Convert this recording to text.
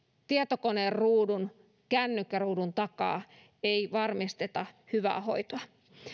tietokoneruudun tai kännykkäruudun takaa ei varmisteta hyvää hoitoa